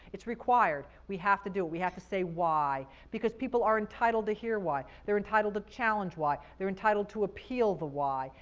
it's required. we have to do it. we have to say why because people are entitled to hear why, they're entitled to challenge, they're entitled to appeal the why,